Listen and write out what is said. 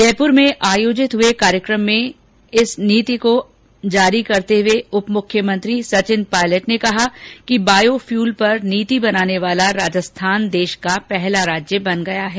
जयपुर में आयोजित हुए कार्यक्रम में इस नीति को जारी करते हुए उप मुख्यमंत्री सचिन पायलट ने कहा कि बायोफ्यूल पर नीति बनाने वाला राजस्थान देश का पहला राज्य बन गया है